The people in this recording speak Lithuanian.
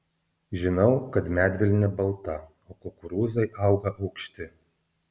žinau kad medvilnė balta o kukurūzai auga aukšti